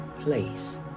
place